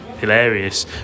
hilarious